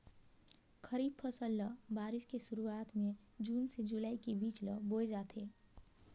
खरीफ फसल ल बारिश के शुरुआत में जून से जुलाई के बीच ल बोए जाथे